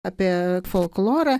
apie folklorą